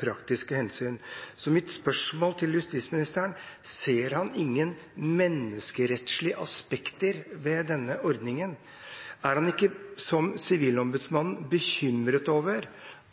praktiske hensyn. Så mitt spørsmål til justisministeren er: Ser han ingen menneskerettslige aspekter ved denne ordningen? Er han ikke, som Sivilombudsmannen, bekymret over